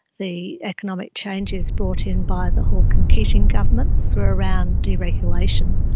the economic changes brought in by the hawke and keating governments were around deregulation,